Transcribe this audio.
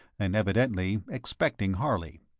and evidently expecting harley.